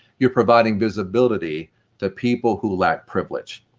you're providing visibility to people who lack privilege.